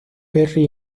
perry